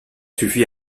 suffi